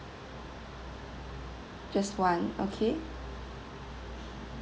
just one okay